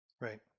Right